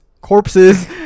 Corpses